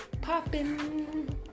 popping